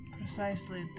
Precisely